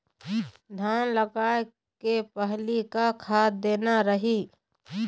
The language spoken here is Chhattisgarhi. धान लगाय के पहली का खाद देना रही?